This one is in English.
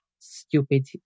stupid